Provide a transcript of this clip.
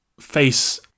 face